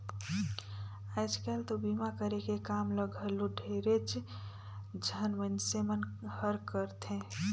आयज कायल तो बीमा करे के काम ल घलो ढेरेच झन मइनसे मन हर करथे